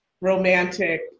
romantic